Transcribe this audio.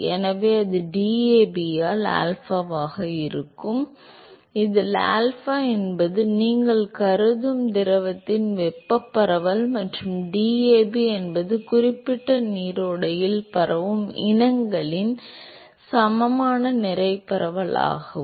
எனவே அது DAB ஆல் ஆல்ஃபாவாக இருக்கும் இதில் ஆல்பா என்பது நீங்கள் கருதும் திரவத்தின் வெப்பப் பரவல் மற்றும் DAB என்பது குறிப்பிட்ட நீரோடையில் பரவும் இனங்களின் சமமான நிறை பரவல் ஆகும்